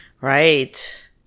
Right